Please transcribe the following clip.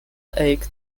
act